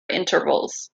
intervals